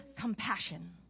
compassion